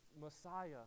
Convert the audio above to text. Messiah